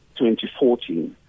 2014